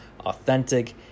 authentic